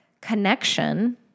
connection